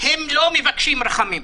הם לא מבקשים רחמים,